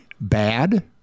bad